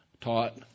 taught